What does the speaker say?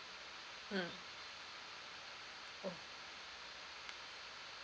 mm oh